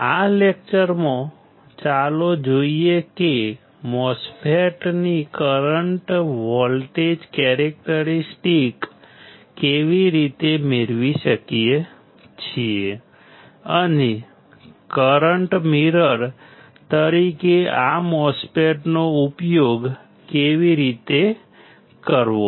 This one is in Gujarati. આ લેકચરમાં ચાલો જોઈએ કે આપણે MOSFET ની કરંટ વોલ્ટેજ કેરેક્ટરિસ્ટિક કેવી રીતે મેળવી શકીએ છીએ અને કરંટ મિરર તરીકે આ MOSFET નો ઉપયોગ કેવી રીતે કરવો